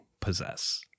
possess